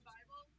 Bible